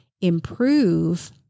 improve